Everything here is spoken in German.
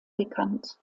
bekannt